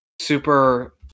super